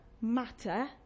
matter